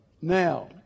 Now